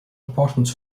apartments